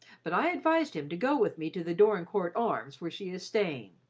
but i advised him to go with me to the dorincourt arms where she is staying.